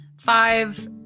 five